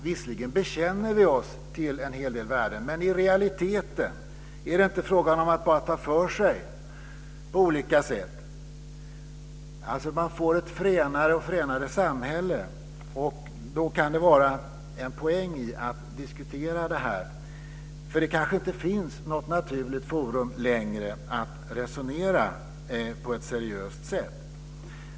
Visserligen bekänner vi oss till en hel del värden. Men i realiteten handlar det om att bara ta för sig. Vi får ett allt fränare samhälle. Det kan vara en poäng i att diskutera det. Det kanske inte finns något naturligt forum längre att resonera i på ett seriöst sätt.